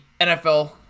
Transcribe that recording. NFL